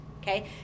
okay